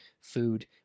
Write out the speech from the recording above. food